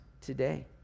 today